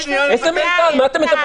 על מה אתם מדברים?